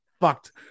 fucked